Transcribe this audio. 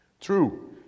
True